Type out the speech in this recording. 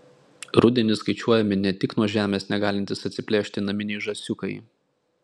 rudenį skaičiuojami ne tik nuo žemės negalintys atsiplėšti naminiai žąsiukai